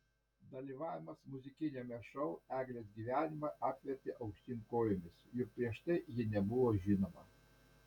dalyvavimas muzikiniame šou eglės gyvenimą apvertė aukštyn kojomis juk prieš tai ji nebuvo žinoma